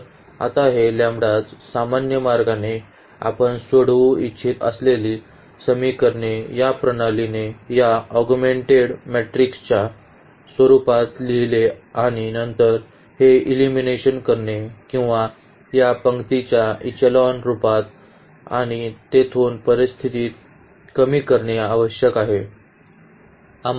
तर आता हे लॅम्बडास सामान्य मार्गाने आपण सोडवू इच्छित असलेली समीकरणे या प्रणालीने या ऑगमेंटेड मॅट्रिक्सच्या स्वरुपात लिहिणे आणि नंतर हे एलिमिनेशन करणे किंवा या पंक्तीच्या इचेलॉन रूपात आणि तेथून परिस्थिती कमी करणे आवश्यक आहे